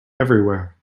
everywhere